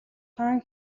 хаан